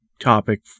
topic